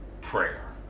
prayer